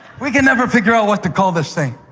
we can never figure out what to call this thing.